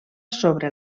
sobre